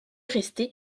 rester